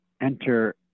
enter